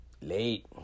late